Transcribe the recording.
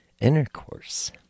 intercourse